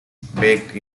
baked